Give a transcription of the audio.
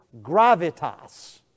gravitas